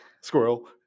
squirrel